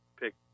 pick